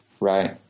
right